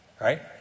Right